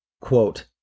quote